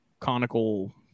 conical